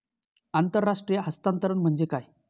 आंतरराष्ट्रीय हस्तांतरण म्हणजे काय?